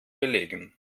belegen